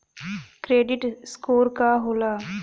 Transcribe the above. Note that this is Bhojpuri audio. क्रेडीट स्कोर का होला?